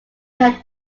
had